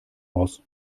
aus